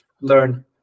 learn